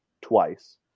twice